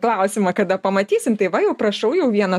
klausimą kada pamatysim tai va jau prašau jau vieną